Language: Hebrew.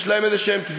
יש להן תביעות,